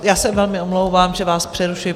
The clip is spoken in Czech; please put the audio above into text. Já se velmi omlouvám, že vás přerušuji.